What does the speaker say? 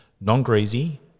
Non-greasy